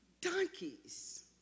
Donkeys